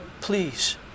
please